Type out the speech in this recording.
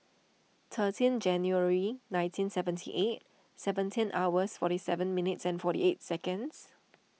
thirteen January nineteen seventy eight seventeen hours forty seven minutes and forty eight seconds